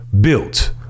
Built